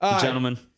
Gentlemen